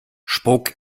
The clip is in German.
spuck